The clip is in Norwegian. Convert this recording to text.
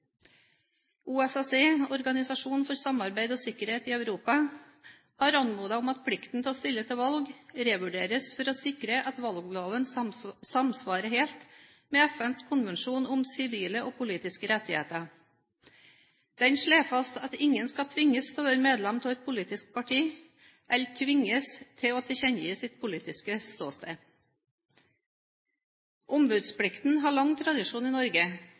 OSSE, Organisasjonen for sikkerhet og samarbeid i Europa, har anmodet om at plikten til å stille til valg revurderes for å sikre at valgloven samsvarer helt med FNs konvensjon om sivile og politiske rettigheter. Den slår fast at ingen skal tvinges til å være medlem av et politisk parti eller tvinges til å tilkjennegi sitt politiske ståsted. Ombudsplikten har lang tradisjon i Norge,